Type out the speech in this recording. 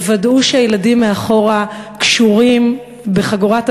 תוודאו שהילדים קשורים מאחור בחגורת